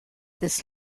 this